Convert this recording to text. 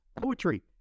poetry